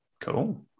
cool